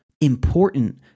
important